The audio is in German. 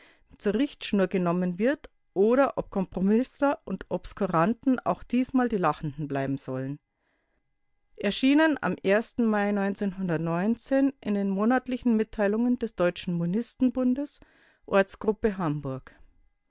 zur richtschnur genommen wird oder ob kompromißler und obscuranten auch diesmal die lachenden bleiben sollen monatliche mitteilungen des deutschen monistenbundes ortsgruppe hamburg